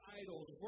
idols